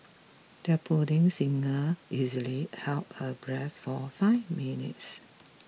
their budding singer easily held her breath for five minutes